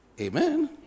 Amen